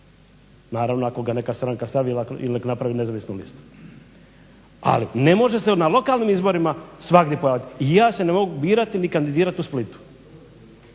naravno ako ga neka stranka stavi ili nek' napravi nezavisnu listu. Ali ne može se na lokalnim izborima svagdje pojaviti. I ja se ne mogu birati ni kandidirati u Splitu.